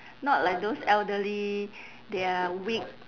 not like those elderly they are weak